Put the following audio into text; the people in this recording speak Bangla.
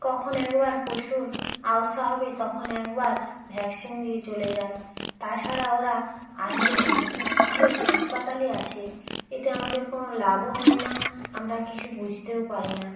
কখন একবার পশুর আউসা হবে তখন একবার ভ্যাকসিন দিয়ে চলে যায় তাছাড়া ওরা আসেই না ওই হাসপাতালই আছে এতে আমাদের কোনও লাভও হয় না আমরা কিছু বুঝতেও পারি না